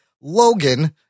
Logan